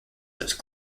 those